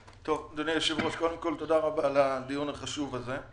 אדוני היושב ראש, תודה רבה על הדיון החשוב הזה.